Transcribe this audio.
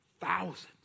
thousands